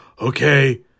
okay